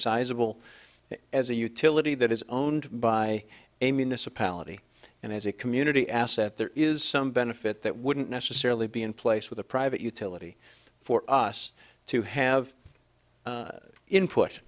sizable as a utility that is owned by a municipality and as a community asset there is some benefit that wouldn't necessarily be in place with a private utility for us to have input